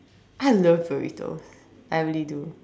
I love burritos I really do